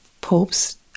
popes